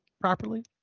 properly